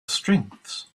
strengths